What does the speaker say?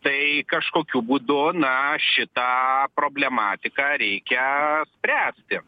tai kažkokiu būdu na šitą problematiką reikia spręsti